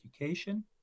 education